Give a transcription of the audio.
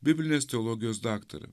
biblinės teologijos daktarą